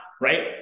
right